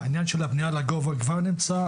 העניין של הבנייה לגובה כבר נמצא,